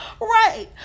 right